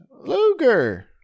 Luger